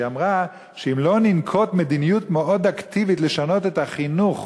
שהיא אמרה שאם לא ננקוט מדיניות מאוד אקטיבית לשנות את החינוך